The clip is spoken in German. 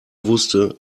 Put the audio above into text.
wusste